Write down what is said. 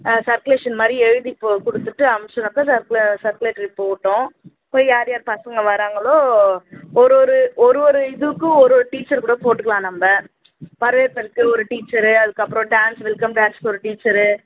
ஆ circulation மாதிரி எழுதி குடுத்துட்டு அமுச்சோன்னாக்கா சர்குலேட் சர்குலேட்ரி போகட்டும் போய் யார் யார் பசங்க வர்றாங்களோ ஒரு ஒரு ஒரு ஒரு இதுக்கும் ஒரு ஒரு டீச்சர் கூட போட்டுக்கலாம் நம்ம வரவேற்புக்கு ஒரு டீச்சரு அதுக்கப்புறம் டான்ஸ் வெல்கம் டான்ஸுக்கு ஒரு டீச்சரு